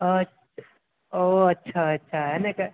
અચ્છા ઓહ અચ્છા અચ્છા